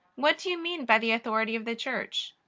what do you mean by the authority of the church?